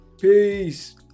Peace